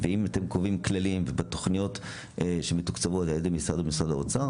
ואם אתם קובעים כללים ובתוכניות שמתוקצבות על משרד האוצר,